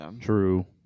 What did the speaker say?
True